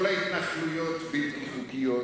כל ההתנחלויות בלתי חוקיות,